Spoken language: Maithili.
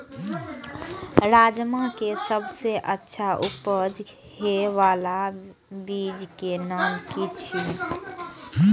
राजमा के सबसे अच्छा उपज हे वाला बीज के नाम की छे?